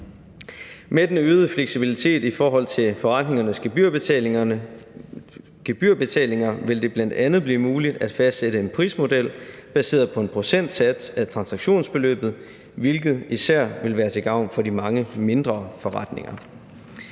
Med den øgede fleksibilitet i forhold til forretningernes gebyrbetalinger vil det bl.a. blive muligt at fastsætte en prismodel baseret på en procentsats af transaktionsbeløbet, hvilket især vil være til gavn for de mange mindre forretninger.